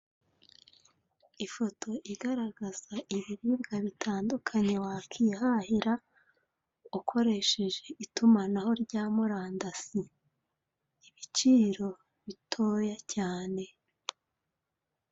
Ifoto igaragaza ibiribwa bitandukanye wakwihahira, ukoresheje itumanaho rya murandasi. Ibiciro ni bitoya cyane.